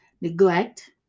neglect